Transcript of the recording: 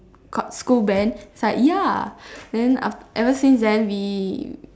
school band he's like ya and then af~ ever since then we